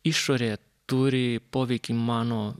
išorėje turi poveikį mano